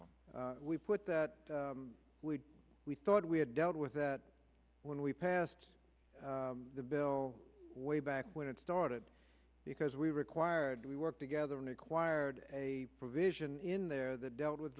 them we put that we thought we had dealt with that when we passed the bill way back when it started because we required we work together an acquired a provision in there that dealt with